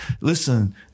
listen